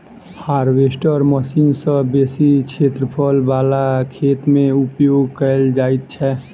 harvester machine सॅ बेसी क्षेत्रफल बला खेत मे उपयोग कयल जाइत छै